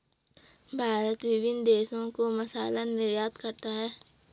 भारत विभिन्न देशों को मसाला निर्यात करता है